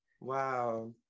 Wow